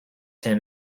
him